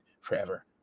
forever